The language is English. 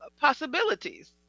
possibilities